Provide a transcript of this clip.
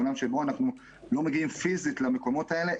בעולם שבו אנחנו לא מגיעים פיזית למקומות האלה?